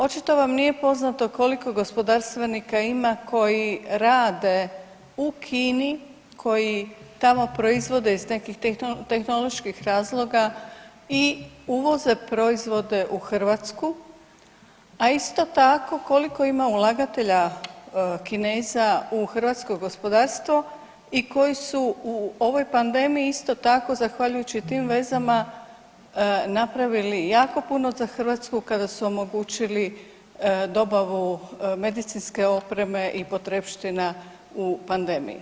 Očito Vam nije poznato koliko gospodarstvenika ima koji rade u Kini, koji tamo proizvode iz nekih tehnoloških razloga i uvoze proizvode u Hrvatsku, a isto tako, koliko ima ulagatelja Kineza u hrvatsko gospodarstvo i koji su u ovoj pandemiji isto tako, zahvaljujući tim vezama, napravili jako puno za Hrvatsku kada su omogućili dobavu medicinske opreme i potrepština u pandemiji.